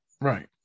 right